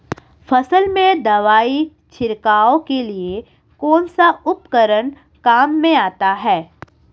फसल में दवाई छिड़काव के लिए कौनसा उपकरण काम में आता है?